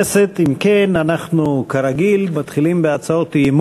אזולאי, הצעת חוק